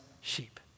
sheep